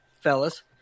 fellas